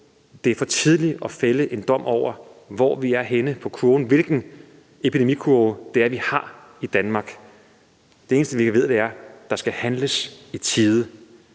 er det for tidligt at fælde en dom over, hvor vi er henne på kurven; hvilken epidemikurve vi har i Danmark. Det eneste, vi ved, er, at der skal handles i tide.